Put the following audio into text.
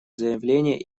заявления